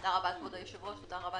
תודה רבה כבוד היושב-ראש ותודה רבה